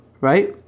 right